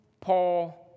Paul